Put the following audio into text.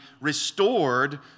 restored